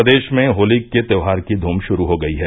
प्रदेश में होली के त्योहार की धूम शुरू हो गयी है